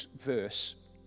verse